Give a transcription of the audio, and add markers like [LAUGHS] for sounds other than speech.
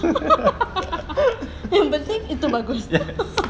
[LAUGHS] yang penting itu bagus